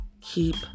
keep